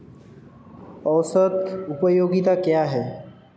औसत उपयोगिता क्या है?